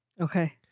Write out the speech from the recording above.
Okay